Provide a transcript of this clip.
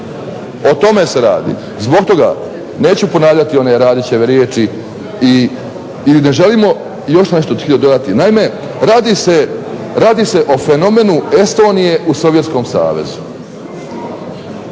O tome se radi. Zbog toga neću ponavljati one radićeve riječi i ne želimo. Još nešto bih htio dodati. Naime, radi se o fenomenu Estonije u Sovjetskom Savezu.